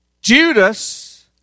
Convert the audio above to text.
Judas